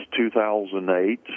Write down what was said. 2008